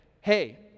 hey